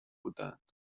بودند